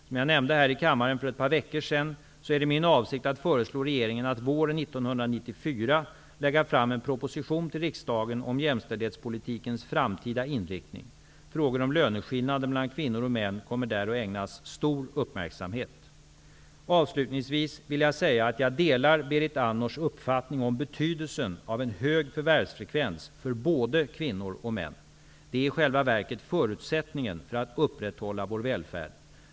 Som jag nämnde här i kammaren för ett par veckor sedan är det min avsikt att föreslå regeringen att våren 1994 lägga fram en proposition till riksdagen om jämställdhetspolitikens framtida inriktning. Frågor om löneskillnader mellan kvinnor och män kommer där att ägnas stor uppmärksamhet. Avslutningsvis vill jag säga att jag delar Berit Andnors uppfattning om betydelsen av en hög förvärvsfrekvens för både kvinnor och män. Det är i själva verket förutsättningen för att upprätthålla vår välfärd.